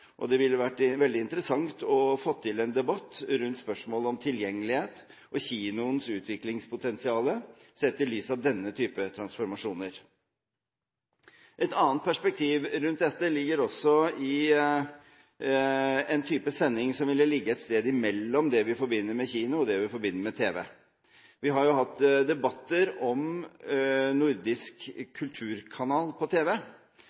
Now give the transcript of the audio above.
og det ville vært veldig interessant å få til en debatt rundt spørsmålet om tilgjengelighet og kinoens utviklingspotensial, sett i lys av denne type transformasjoner. Et annet perspektiv rundt dette ligger også i en type sending som ville ligge et sted imellom det vi forbinder med kino, og det vi forbinder med tv. Vi har jo hatt debatter om en nordisk kulturkanal på tv.